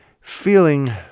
feeling